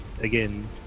again